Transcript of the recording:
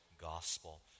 gospel